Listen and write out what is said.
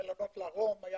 מלונות לרום.